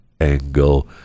angle